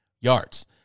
yards